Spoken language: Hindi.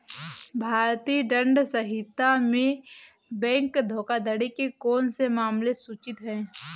भारतीय दंड संहिता में बैंक धोखाधड़ी के कौन से मामले सूचित हैं?